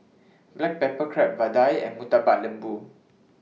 Black Pepper Crab Vadai and Murtabak Lembu